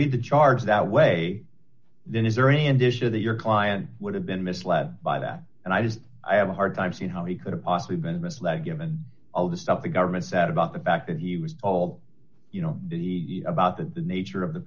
read the charges that way then is there any additional that your client would have been misled by that and i just i have a hard time seeing how he could have possibly been misled given all the stuff the government said about the fact that he was all you know the about the nature of the